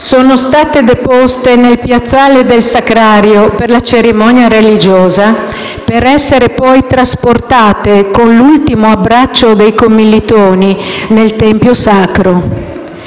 Sono state deposte nel piazzale del sacrario per la cerimonia religiosa, per essere poi trasportate con l'ultimo abbraccio dei commilitoni nel tempio sacro.